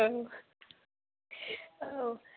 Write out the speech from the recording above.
औ औ